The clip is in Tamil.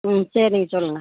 ம் சரி நீங்கள் சொல்லுங்கள்